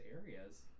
areas